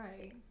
Right